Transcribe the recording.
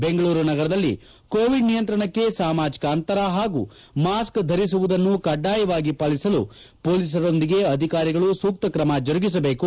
ಬೆಂಗಳೂರು ನಗರದಲ್ಲಿ ಕೋವಿಡ್ ನಿಯಂತ್ರಣಕ್ಕೆ ಸಾಮಾಜಿಕ ಅಂತರ ಹಾಗೂ ಮಾಸ್ ್ ಧರಿಸುವುದನ್ನು ಕಡ್ಡಾಯವಾಗಿ ಪಾಲಿಸಲು ಪೋಲಿಸರೊಂದಿಗೆ ಅಧಿಕಾರಿಗಳು ಸೂಕ್ತ ಕ್ರಮ ಜರುಗಿಸಬೇಕು